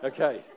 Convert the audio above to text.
Okay